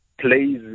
plays